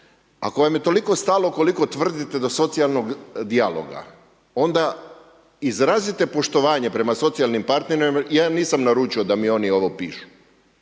Ako vam je toliko stalo koliko tvrdite do socijalnog dijaloga, onda izrazite poštovanje prema socijalnim partnerima, ja nisam naručio da mi ovo oni pišu